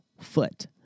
foot